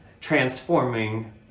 transforming